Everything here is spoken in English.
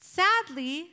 sadly